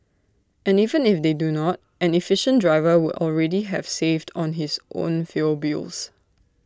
and even if they do not an efficient driver would already have saved on his own fuel bills